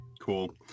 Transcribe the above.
cool